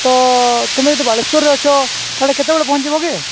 ତ ତୁମେ ଯଦି ବାଲେଶ୍ଵରରେ ଅଛ ତାହେଲେ କେତେବେଳେ ପହଁଞ୍ଚିବ କି